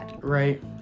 Right